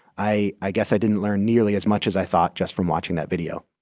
i i guess i didn't learn nearly as much as i thought just from watching that video